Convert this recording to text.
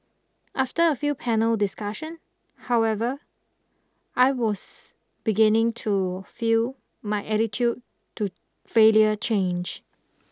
after a few panel discussion however I was beginning to feel my attitude to failure change